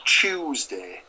Tuesday